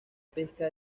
pesca